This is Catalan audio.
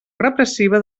repressiva